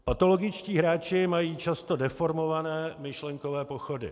Patologičtí hráči mají často deformované myšlenkové pochody.